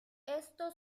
esto